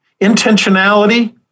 intentionality